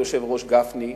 היושב-ראש גפני,